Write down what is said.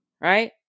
right